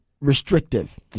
restrictive